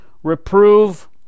Reprove